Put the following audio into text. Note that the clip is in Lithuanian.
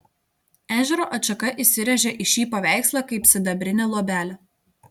ežero atšaka įsirėžė į šį paveikslą kaip sidabrinė luobelė